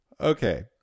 Okay